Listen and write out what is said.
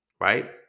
right